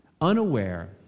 unaware